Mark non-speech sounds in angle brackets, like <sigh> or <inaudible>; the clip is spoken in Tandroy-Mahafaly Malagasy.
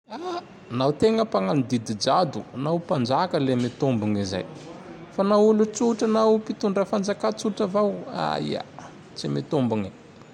<hesitation> Naho tegna magnao didy jado, naho mpanjaka le <noise> mitombigny <noise> zay. <noise> Fa nao olo-tsotra na olo mpitondra fanjakà tsotra avao! Aia, tsy mitombogne!